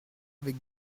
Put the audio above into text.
avec